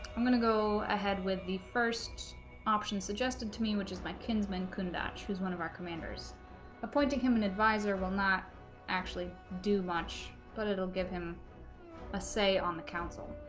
i'm gonna go ahead with the first option suggested to me which is my kinsmen countach who's one of our commanders appointing him an advisor will not actually do much but it'll give him a say on the council